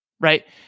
right